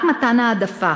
רק מתן העדפה